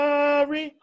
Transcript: Sorry